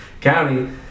County